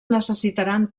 necessitaran